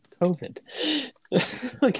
COVID